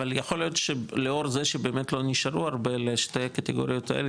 אבל יכול להיות שלאור זה שבאמת לא נשארו הרבה לשתי הקטיגוריות האלה,